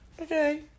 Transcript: Okay